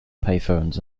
payphones